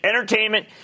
entertainment